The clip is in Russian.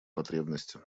потребности